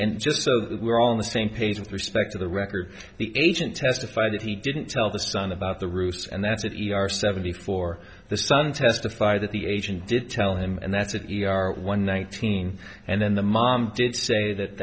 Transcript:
and just so we're on the same page with respect to the record the agent testified that he didn't tell the son about the roofs and that's it even our seventy four the son testified that the agent did tell him and that's an e r one nineteen and then the mom did say that